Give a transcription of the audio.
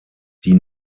die